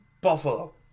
Buffalo